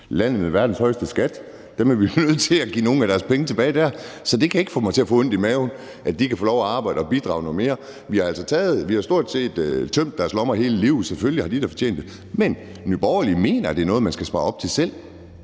landet med verdens højeste skat, er vi nødt til at give nogle af deres penge tilbage. Så det kan ikke give mig ondt i maven, at de kan få lov at arbejde og bidrage noget mere. Vi har stort set tømt deres lommer hele livet; selvfølgelig har de da fortjent det. Men Nye Borgerlige mener, at det er noget, man skal spare op til selv,